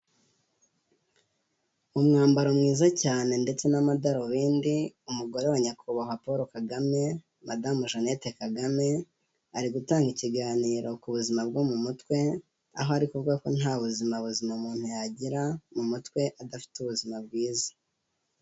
Umwambaro mwiza cyane ndetse n'amadarubindi, umugore wa nyakubahwa Paul Kagame madamu Jeannette Kagame, ari gutanga ikiganiro ku buzima bwo mu mutwe aho ari kuvuga ko nta buzima buzima umuntu yagira mu mutwe adafite ubuzima bwiza.